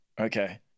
okay